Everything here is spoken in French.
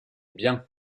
bien